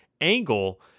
angle